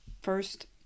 first